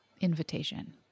invitation